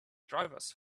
divers